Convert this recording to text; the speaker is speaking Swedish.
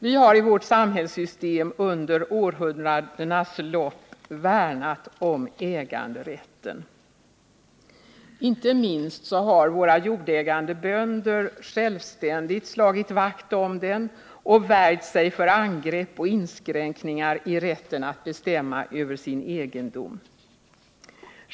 Vi har i vårt samhällssystem under århundradenas lopp värnat om äganderätten. Inte minst har våra jordägande bönder självständigt slagit vakt om den och värjt sig för angrepp och inskränkningar i rätten att bestämma över sin egendom.